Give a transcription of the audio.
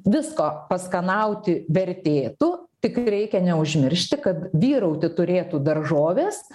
visko paskanauti vertėtų tik reikia neužmiršti kad vyrauti turėtų daržovės